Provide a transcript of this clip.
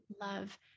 love